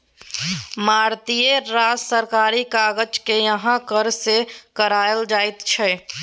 मारिते रास सरकारी काजकेँ यैह कर सँ कराओल जाइत छै